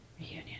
Reunion